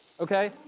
okay,